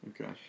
Okay